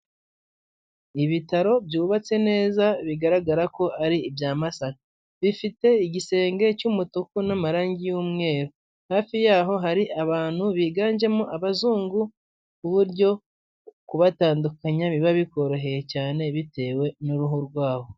Ibitaro byubatse neza bigaragara ko ari ibya Masaka bifite igisenge cy'umutuku n'amarangi y'umweru, hafi yaho hari abantu biganjemo abazungu ku buryo kubatandukanya biba bikoroheye cyane bitewe n'uruhu rwabo.